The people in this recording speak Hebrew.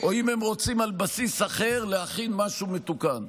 או על בסיס אחר, אם הם רוצים להכין משהו מתוקן,